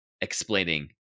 explaining